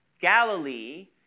Galilee